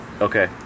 okay